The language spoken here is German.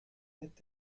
mit